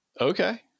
okay